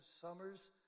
summers